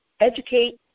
educate